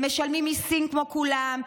הם משלמים מיסים כמו כולם,